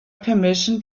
permission